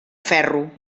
ferro